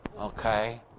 Okay